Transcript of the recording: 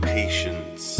patience